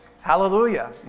Hallelujah